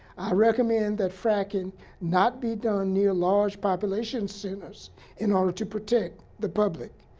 recommend that fracking not be done near large population centers in order to protect the public.